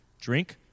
Drink